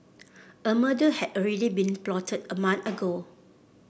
a murder had already been plotted a month ago